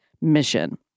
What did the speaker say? mission